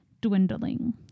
Dwindling